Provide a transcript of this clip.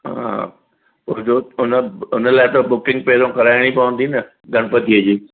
हा उन उन लाइ त बुकिंग पहिरों कराइणी पवंदी न गणपतीअ जी